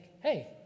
hey